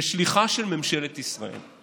כשליחה של ממשלת ישראל,